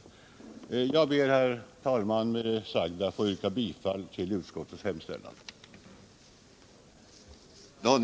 Jag ber, herr talman, med det sagda att få yrka bifall till utskottets hemställan.